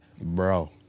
bro